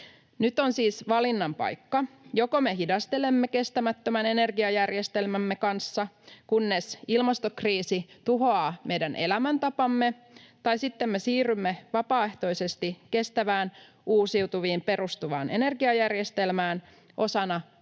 Nyt on siis valinnan paikka: joko me hidastelemme kestämättömän energiajärjestelmämme kanssa, kunnes ilmastokriisi tuhoaa meidän elämäntapamme, tai sitten me siirrymme vapaaehtoisesti kestävään uusiutuviin perustuvaan energiajärjestelmään osana